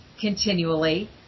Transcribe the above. continually